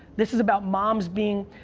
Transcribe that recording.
this is about mom's being,